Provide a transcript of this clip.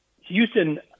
Houston